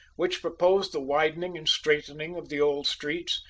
which proposed the widening and straightening of the old streets,